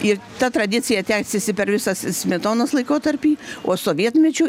ir ta tradicija tęsėsi per visas smetonos laikotarpį o sovietmečiu